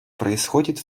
происходит